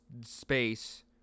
Space